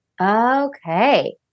Okay